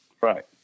Right